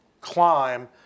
climb